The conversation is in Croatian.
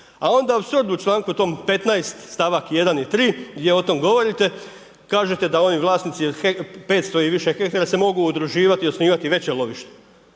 A onda u 7. članku tom 15. stavak 1. i 3. gdje o tom govorite, kažete da ovi vlasnici od 500 i više hektara se mogu udruživati i osnivati veće lovište.